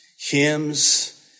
hymns